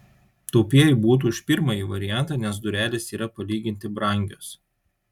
taupieji būtų už pirmąjį variantą nes durelės yra palyginti brangios